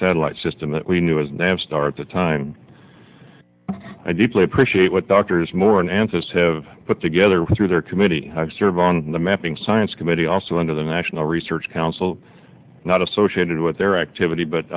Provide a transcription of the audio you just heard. satellite system that we knew as navistar at the time i deeply appreciate what doctors more answers have put together through their committee i serve on the mapping science committee also under the national research council not associated with their activity but